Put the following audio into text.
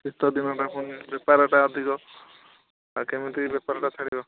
ଶୀତଦିନଟା ପୁଣି ବେପାରଟା ଅଧିକ ଆଉ କେମିତି ବେପାରଟା ଛାଡ଼ିବ